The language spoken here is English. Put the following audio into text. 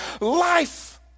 life